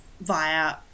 via –